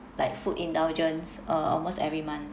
like food indulgence uh almost every month